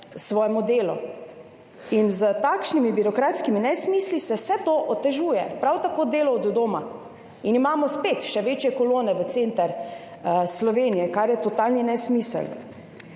svojim delom. In s takšnimi birokratskimi nesmisli se vse to otežuje, prav tako delo od doma. In imamo spet še večje kolone v center Slovenije, kar je totalni nesmisel.